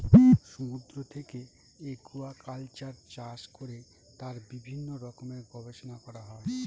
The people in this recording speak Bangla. সমুদ্র থেকে একুয়াকালচার চাষ করে তার বিভিন্ন রকমের গবেষণা করা হয়